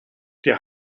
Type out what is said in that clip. der